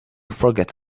forget